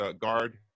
guard